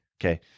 okay